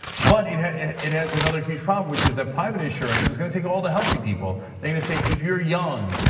but it has it has another huge problem, which is that private insurance is gonna take all the healthy people. they're gonna say, if you're young,